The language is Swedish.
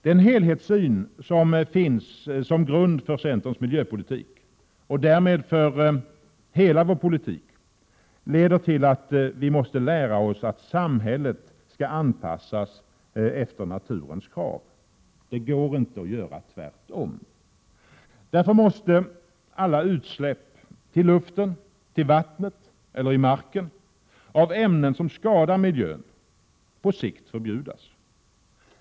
Den helhetssyn som finns som grund för centerns miljöpolitik — och därmed för hela vår politik — leder till att vi måste lära oss att samhället skall anpassas efter naturens krav. Det går inte att göra tvärtom! Därför måste alla utsläpp till luft, till vatten eller i mark av ämnen som skadar miljön på sikt förbjudas.